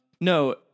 No